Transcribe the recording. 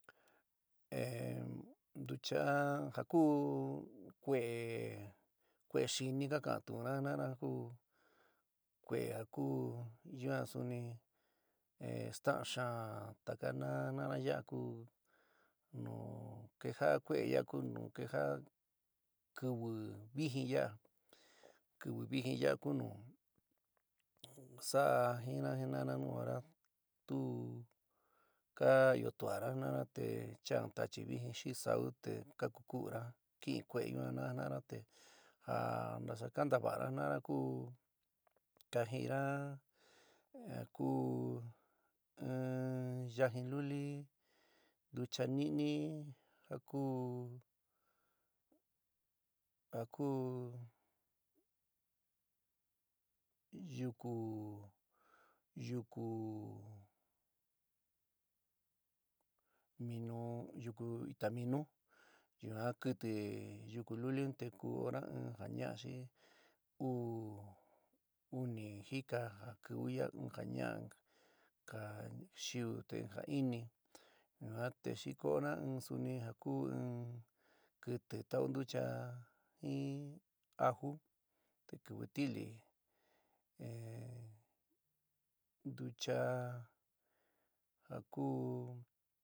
ntucha ja ku kue'é kue'é xɨnɨ ka ka'antunana jinana ku kue'é ja ku yuan suni staán xaán taka naa jina'ana yaa ku, nu keja kue'é ya ku nu kejaa kiwi vɨjɨn ya'a, kiwi vɨjɨn yaa ku nu sa'a jin'a jina'naa nu hora tu ka ɨó tua'ana jina'ana te chaá in tachi vɨjɨ xi in sa'u te ka ku kéu'una, ki'ín kue'é ñua na jina'ana te ja ntasa kantavaana jinaana ku ka jiina jaku in yajin luli ntucha nɨni ja ku. ja ku yuku yuku yuku itaminu, yuan kɨti yuku luli un te ko'ona ja ña'a xi ku uni jika ja kiwi ya'a, in ja ña'a. in ka xiuú te in ja ini, yuan te xi ko'ona in suni ja ku in kiti tau ntucha jin aju te kiwi tili ntucha ja ku.